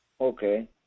Okay